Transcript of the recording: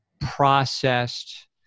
processed